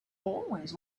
always